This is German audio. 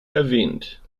erwähnt